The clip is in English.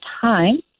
time